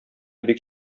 бик